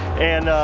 and, ah,